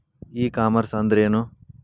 E commerce ಅಂದ್ರೇನು?